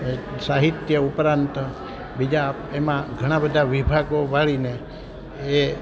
સાહિત્ય ઉપરાંત બીજા એમાં ઘણા બધા વિભાગો પાડીને એ